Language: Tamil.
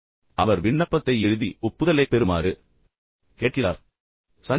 அவர் சஞ்சயிடம் ஒரு விண்ணப்பத்தை எழுதி அவரது ஒப்புதலைப் பெறுமாறு கேட்கிறார்